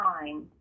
time